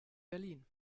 berlin